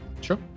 sure